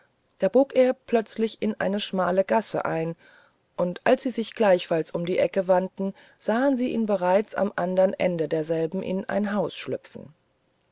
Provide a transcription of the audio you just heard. da bog er plötzlich in eine schmale gasse ein und als sie sich gleichfalls um die ecke wandten sahen sie ihn bereits am andern ende derselben in ein haus schlüpfen